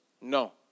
No